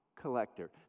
collector